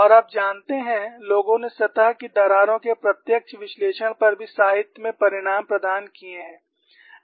और आप जानते हैं लोगों ने सतह की दरारों के प्रत्यक्ष विश्लेषण पर भी साहित्य में परिणाम प्रदान किए हैं